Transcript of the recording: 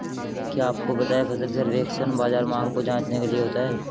क्या आपको पता है फसल सर्वेक्षण बाज़ार मांग को जांचने के लिए होता है?